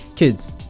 kids